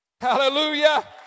Hallelujah